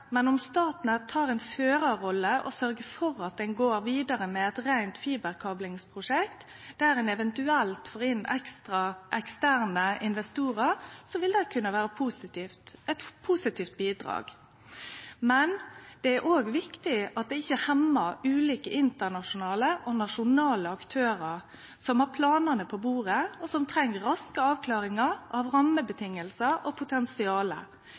men om Statnett tek ei førarrolle og sørgjer for at ein går vidare med eit reint fiberkablingsprosjekt der ein eventuelt får inn eksterne investorar, vil det kunne vere eit positivt bidrag. Men det er òg viktig at det ikkje hemmar ulike internasjonale og nasjonale aktørar som har planane på bordet, og som treng raske avklaringar av rammevilkår og